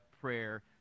prayer